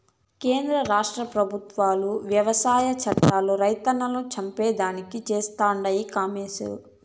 కేంద్ర రాష్ట్ర పెబుత్వాలు వ్యవసాయ చట్టాలు రైతన్నలను చంపేదానికి చేస్తండాయి కామోసు